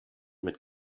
mit